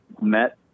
met